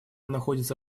находится